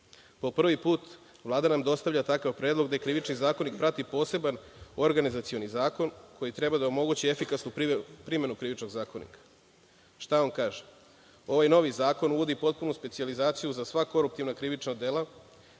Po prvu put Vlada nam dostavlja takav predlog gde Krivični zakonik prati poseban organizacioni zakon koji treba da omogući efikasnu primenu Krivičnog zakonika. Šta da vam kažem? Ovaj novi zakon uvodi potpunu specijalizaciju za sva koruptivna krivična dela